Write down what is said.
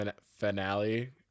finale